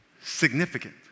significant